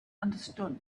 understood